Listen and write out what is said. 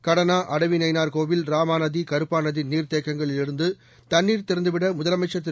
கடனா அடவி நயினார்கோவில் ராமாநதி கருப்பாநதி நீர்த்தேக்கங்களிலிருந்து தண்ணீர் திறந்துவிட முதலமைச்சர் திரு